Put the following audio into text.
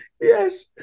Yes